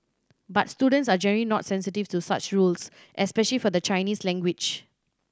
but students are generally not sensitive to such rules especially for the Chinese language